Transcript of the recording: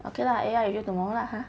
okay lah A_I until tomorrow lah ha